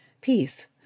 peace